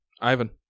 Ivan